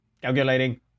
Calculating